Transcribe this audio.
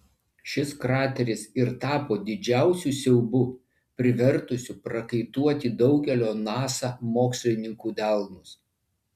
šis krateris ir tapo didžiausiu siaubu privertusiu prakaituoti daugelio nasa mokslininkų delnus